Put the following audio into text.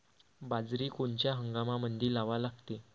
बाजरी कोनच्या हंगामामंदी लावा लागते?